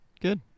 good